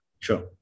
Sure